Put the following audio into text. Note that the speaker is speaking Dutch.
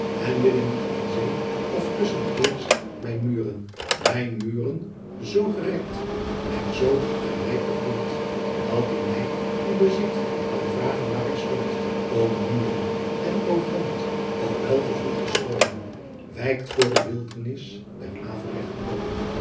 n willen niet in ee of kussen eerst mijn mueren ijn mueren soo gereckt mijn soo gerijckten grond at die my nu besiet kan vragen waer ick stond ô ueren en ô grond ô wel gevoeghde troomen ijckt voor de wildernis der averechte oomen